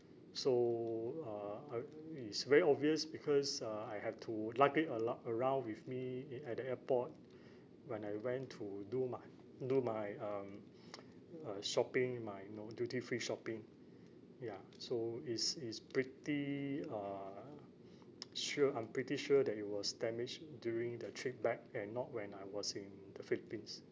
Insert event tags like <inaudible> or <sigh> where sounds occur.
so uh uh is very obvious because uh I have to lug it alou~ around with me i~ at the airport when I went to do my do my um <noise> uh shopping my you know duty free shopping ya so is is pretty uh <noise> sure I'm pretty sure that it was damaged during the trip back and not when I was in the philippines